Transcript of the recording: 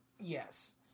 Yes